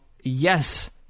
yes